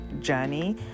journey